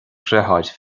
dheartháir